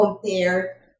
compare